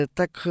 tak